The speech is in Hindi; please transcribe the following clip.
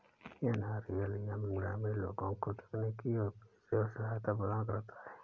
एन.आर.एल.एम ग्रामीण लोगों को तकनीकी और पेशेवर सहायता प्रदान करता है